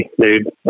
dude